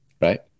right